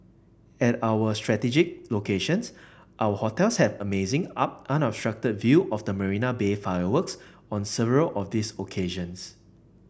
at our strategic locations our hotels have amazing up unobstructed view of the Marina Bay fireworks on several of these occasions